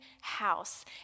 house